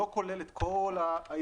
שלא כולל את כל הישוב,